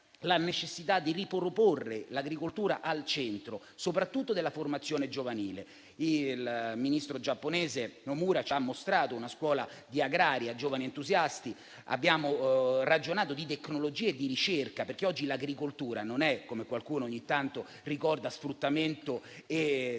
la necessità di rimettere l'agricoltura al centro soprattutto della formazione giovanile. Il ministro giapponese Nomura ci ha mostrato una scuola di agraria, con giovani entusiasti. Abbiamo ragionato di tecnologia e di ricerca, perché oggi l'agricoltura non è, come dice qualcuno ogni tanto, sfruttamento e